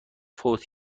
فوت